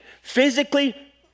physically